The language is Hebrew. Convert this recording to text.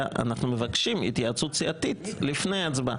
אנחנו מבקשים התייעצות סיעתית לפני ההצבעה.